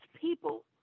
people